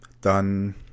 dann